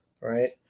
right